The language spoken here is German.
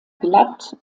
glatt